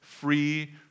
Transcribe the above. free